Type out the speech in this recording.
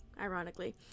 ironically